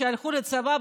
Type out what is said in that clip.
שהלכו לצבא,